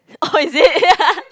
oh is it